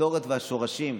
המסורת והשורשים.